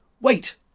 Wait